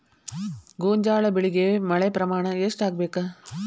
ಗೋಂಜಾಳ ಬೆಳಿಗೆ ಮಳೆ ಪ್ರಮಾಣ ಎಷ್ಟ್ ಆಗ್ಬೇಕ?